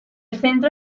centro